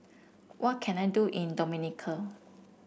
what can I do in Dominica